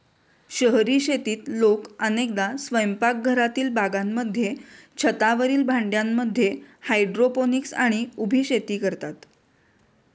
शहरी शेतीत लोक अनेकदा स्वयंपाकघरातील बागांमध्ये, छतावरील भांड्यांमध्ये हायड्रोपोनिक्स आणि उभी शेती करतात